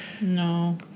No